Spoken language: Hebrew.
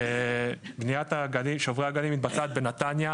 בניית שוברי הגלים מתבצעת בנתניה,